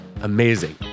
Amazing